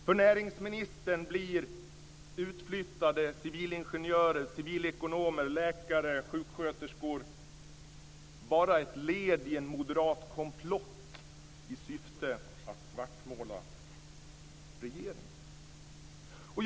För näringsministern blir utflyttade civilingenjörer, civilekonomer, läkare och sjuksköterskor bara ett led i en moderat komplott i syfte att svartmåla regeringen.